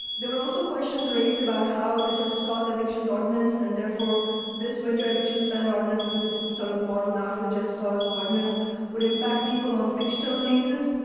there were also questions raised about how the just cause evictions ordinance, and therefore this winter evictions ban ordinance because it's sort of modeled after the just cause, would impact people on fixed term leases.